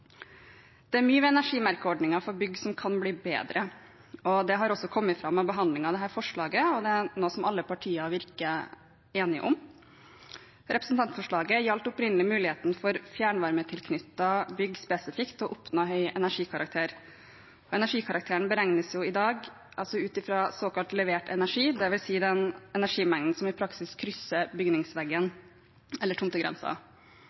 Det er mye ved energimerkeordningen for bygg som kan bli bedre. Det har også kommet fram under behandlingen av dette forslaget, og det er noe som alle partier virker å være enige om. Representantforslaget gjaldt opprinnelig muligheten for fjernvarmetilknyttede bygg spesifikt til å oppnå høy energikarakter. Energikarakteren beregnes i dag ut fra såkalt levert energi, dvs. den energimengden som i praksis krysser bygningsvegg eller